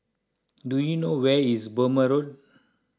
do you know where is Burmah Road